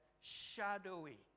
shadowy